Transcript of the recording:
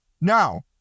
Now